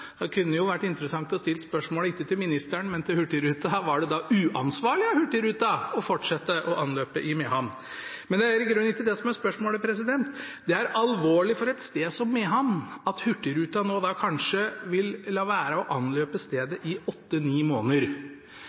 Da kunne det vært interessant å stille spørsmålet ikke til ministeren, men til Hurtigruten: Var det da uansvarlig av Hurtigruten å fortsette å anløpe i Mehamn? Men det er i grunnen ikke det som er spørsmålet. Det er alvorlig for et sted som Mehamn at Hurtigruten kanskje vil la være å anløpe stedet i 8–9 måneder.